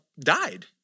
died